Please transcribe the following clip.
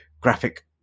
graphic